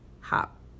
hop